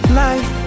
life